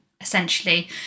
essentially